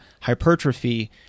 hypertrophy